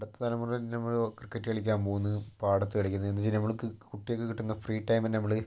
പണ്ടത്തെ തലമുറയിൽ നമ്മൾ ക്രിക്കറ്റ് കളിയ്ക്കാൻ പോകുന്നു പാടത്ത് കളിക്കുന്നത് എന്ന് വെച്ചിട്ട് നമ്മൾക്ക് കുട്ടികൾക്ക് കിട്ടുന്ന ഫ്രീ ടൈമിനെ നമ്മൾ